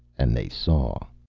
and they saw.